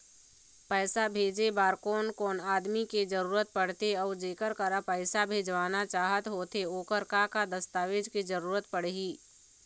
पैसा भेजे बार कोन कोन आदमी के जरूरत पड़ते अऊ जेकर करा पैसा भेजवाना चाहत होथे ओकर का का दस्तावेज के जरूरत पड़ही?